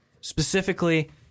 specifically